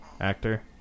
Actor